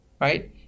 right